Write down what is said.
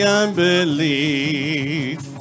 unbelief